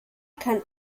kann